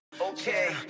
okay